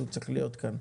הוא צריך להיות כאן.